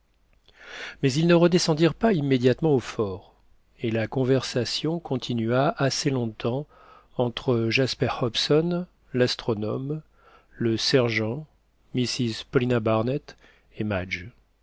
mais ils ne redescendirent pas immédiatement au fort et la conversation continua assez longtemps entre jasper hobson l'astronome le sergent mrs paulina barnett et madge